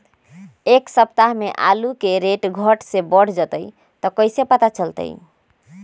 एक सप्ताह मे आलू के रेट घट ये बढ़ जतई त कईसे पता चली?